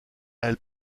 elle